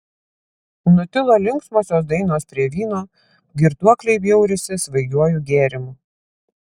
nutilo linksmosios dainos prie vyno girtuokliai bjaurisi svaigiuoju gėrimu